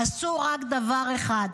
עשו רק דבר אחד.